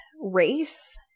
race